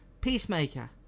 Peacemaker